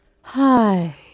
Hi